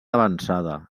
avançada